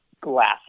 glasses